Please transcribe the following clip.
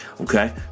okay